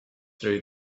through